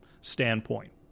standpoint